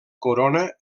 corona